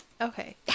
Okay